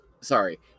sorry